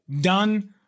done